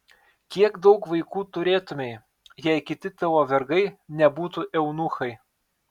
kiek daug vaikų turėtumei jei kiti tavo vergai nebūtų eunuchai